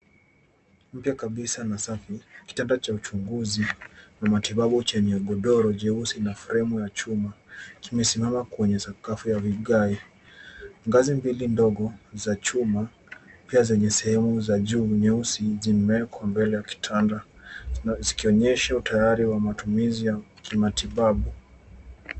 Mpya kabisa na safi, kitanda cha uchunguzi na matibabu chenye godoro jeusi na fremu ya chuma kimesimama kwenye sakafu ya vigae. Ngazi mbili ndogo za chuma pia zenye sehemu za juu nyeusi zimewekwa mbele ya kitanda zikionyesha utayari wa matumizi ya kimatibabu.